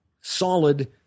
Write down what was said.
solid